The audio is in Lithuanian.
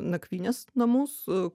nakvynės namus